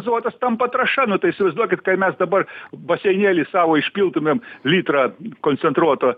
azotas tampa trąša nu tai įsivaizduokit kai mes dabar baseinėly savo išpiltumėm litrą koncentruoto